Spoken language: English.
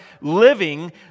living